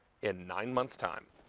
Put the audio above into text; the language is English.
in nine months time.